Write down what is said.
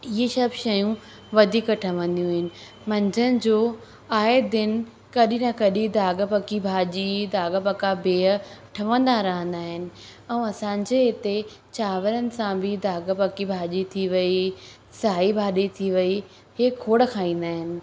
इहे सभु शयूं वधीक ठहंदियूं आहिनि मंझंदि जो आए दिन कॾहिं न कॾहिं दाग़ु पकी भाॼी दाग़ु पका बिहु ठहंदा रहंदा आहिनि ऐं असांजे हिते चांवरनि सां बि दाग़ु पकी भाॼी थी वई साई भाॼी थी वई हे खोड़ खाईंदा आहिनि